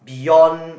beyond